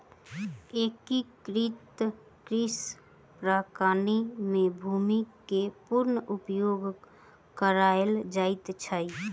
एकीकृत कृषि प्रणाली में भूमि के पूर्ण उपयोग कयल जाइत अछि